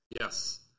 Yes